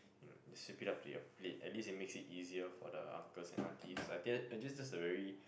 sweep it up to your plate at least it makes it easier for the uncles and aunties I think that's just a very